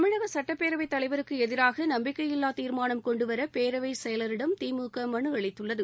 தமிழக சட்டப்பேரவைத் தலைவருக்கு எதிராக நம்பிக்கையில்லா தீர்மானம் கொண்டுவர பேரவை செயலரிடம் திமுக மனு அளித்துள்ளது